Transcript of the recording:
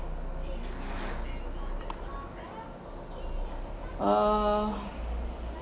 err